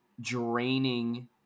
draining